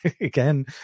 again